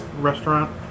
restaurant